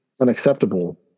unacceptable